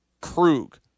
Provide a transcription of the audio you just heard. Krug